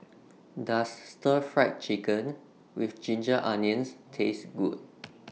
Does Stir Fried Chicken with Ginger Onions Taste Good